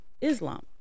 Islam